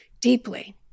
deeply